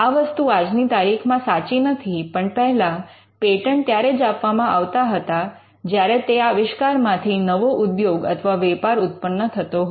આ વસ્તુ આજની તારીખમાં સાચી નથી પણ પહેલા પેટન્ટ ત્યારે જ આપવામાં આવતા હતા જ્યારે તે આવિષ્કારમાંથી નવો ઉદ્યોગ અથવા વેપાર ઉત્પન્ન થતો હોય